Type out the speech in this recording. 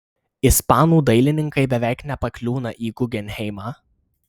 ispanų dailininkai beveik nepakliūna į gugenheimą